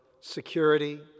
security